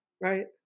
right